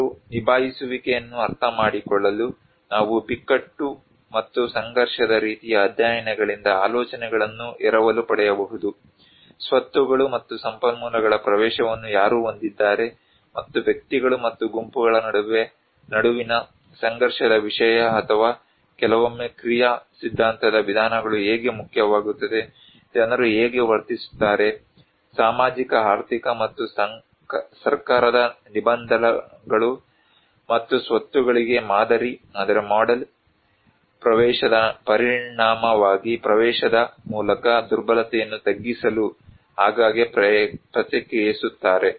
ಜನರ ನಿಭಾಯಿಸುವಿಕೆಯನ್ನು ಅರ್ಥಮಾಡಿಕೊಳ್ಳಲು ನಾವು ಬಿಕ್ಕಟ್ಟು ಮತ್ತು ಸಂಘರ್ಷದ ರೀತಿಯ ಅಧ್ಯಯನಗಳಿಂದ ಆಲೋಚನೆಗಳನ್ನು ಎರವಲು ಪಡೆಯಬಹುದು ಸ್ವತ್ತುಗಳು ಮತ್ತು ಸಂಪನ್ಮೂಲಗಳ ಪ್ರವೇಶವನ್ನು ಯಾರು ಹೊಂದಿದ್ದಾರೆ ಮತ್ತು ವ್ಯಕ್ತಿಗಳು ಮತ್ತು ಗುಂಪುಗಳ ನಡುವಿನ ಸಂಘರ್ಷದ ವಿಷಯ ಅಥವಾ ಕೆಲವೊಮ್ಮೆ ಕ್ರಿಯಾ ಸಿದ್ಧಾಂತದ ವಿಧಾನಗಳು ಹೇಗೆ ಮುಖ್ಯವಾಗುತ್ತದೆ ಜನರು ಹೇಗೆ ವರ್ತಿಸುತ್ತಾರೆ ಸಾಮಾಜಿಕ ಆರ್ಥಿಕ ಮತ್ತು ಸರ್ಕಾರದ ನಿರ್ಬಂಧಗಳು ಮತ್ತು ಸ್ವತ್ತುಗಳಿಗೆ ಮಾದರಿ ಪ್ರವೇಶದ ಪರಿಣಾಮವಾಗಿ ಪ್ರವೇಶದ ಮೂಲಕ ದುರ್ಬಲತೆಯನ್ನು ತಗ್ಗಿಸಲು ಆಗಾಗ್ಗೆ ಪ್ರತಿಕ್ರಿಯಿಸುತ್ತಾರೆ